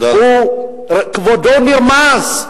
כבודו נרמס.